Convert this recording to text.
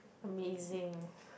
amazing